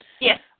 Yes